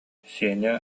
сеня